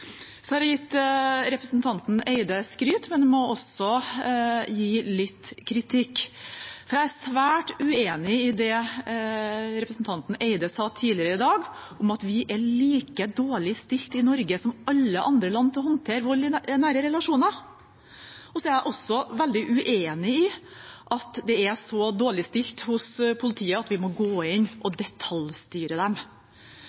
har gitt representanten Eide skryt, men jeg må også gi litt kritikk. Jeg er svært uenig i det representanten Eide sa tidligere i dag om at vi er like dårlig stilt i Norge som i alle andre land til å håndtere vold i nære relasjoner. Jeg er også veldig uenig i at det er så dårlig stilt hos politiet at vi må gå inn og detaljstyre dem.